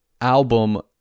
album